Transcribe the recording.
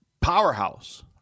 powerhouse